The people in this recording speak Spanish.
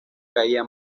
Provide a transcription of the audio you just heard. caía